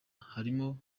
harimo